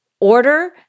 order